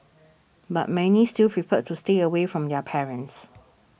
but many still preferred to stay away from their parents